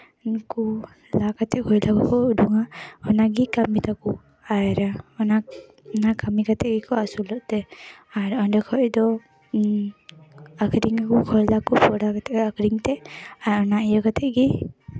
ᱠᱚ ᱞᱟ ᱠᱟᱛᱮ ᱠᱚᱭᱞᱟ ᱠᱚᱠᱚ ᱩᱰᱩᱝᱟ ᱚᱱᱟᱜᱮ ᱠᱟᱹᱢᱤ ᱛᱟᱠᱚ ᱟᱨ ᱚᱱᱟ ᱚᱱᱟ ᱠᱟᱹᱢᱤ ᱠᱟᱛᱮ ᱜᱮᱠᱚ ᱟᱹᱥᱩᱞᱚᱜ ᱛᱮ ᱟᱨ ᱚᱸᱰᱮ ᱠᱷᱚᱡ ᱫᱚ ᱟᱠᱷᱨᱤᱧ ᱫᱟᱠᱚ ᱠᱚᱭᱞᱟ ᱠᱚ ᱛᱟᱲᱟᱣ ᱠᱟᱛᱮ ᱟᱠᱷᱨᱤᱧ ᱛᱮ ᱟᱨ ᱚᱱᱟ ᱤᱭᱟᱹ ᱠᱟᱛᱮ ᱜᱮ